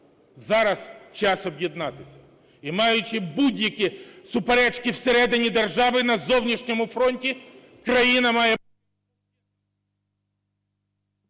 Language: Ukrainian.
зараз час об'єднатися. І маючи будь-які суперечки всередині держави, на зовнішньому фронті країна має…